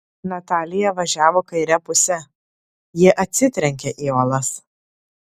natalija važiavo kaire puse ji atsitrenkia į uolas